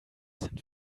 sind